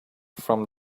from